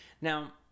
Now